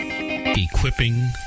Equipping